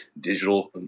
digital